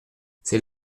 c’est